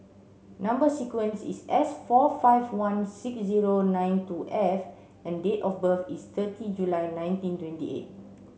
number sequence is S four five one six zero nine two F and date of birth is thirty July nineteen twenty eight